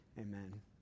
amen